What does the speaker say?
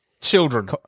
Children